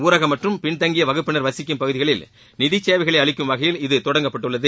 ஊரக மற்றும் பின்தங்கிய வகுப்பினர் வசிக்கும் பகுதிகளில் நிதிச்சேவைகளை அளிக்கும் வகையில் இது தொடங்கப்பட்டுள்ளது